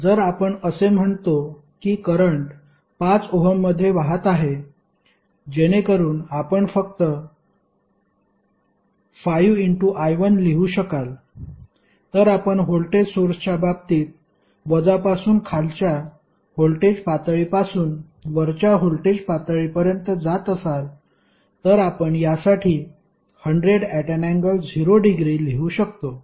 तर जर आपण असे म्हणतो की करंट 5 ओहममध्ये वाहत आहे जेणेकरून आपण फक्त 5 I1 लिहू शकाल तर आपण व्होल्टेज सोर्सच्या बाबतीत वजापासून खालच्या व्होल्टेज पातळीपासून वरच्या व्होल्टेज पातळीपर्यंत जात असाल तर आपण यासाठी 100∠0◦ लिहू शकतो